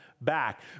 back